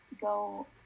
go